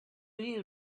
you